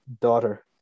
daughter